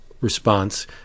response